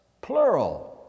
plural